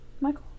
Michael